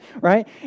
Right